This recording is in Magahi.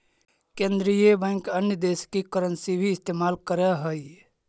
केन्द्रीय बैंक अन्य देश की करन्सी भी इस्तेमाल करअ हई